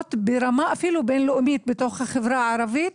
עובדות ברמה אפילו בין-לאומית בתוך החברה הערבית.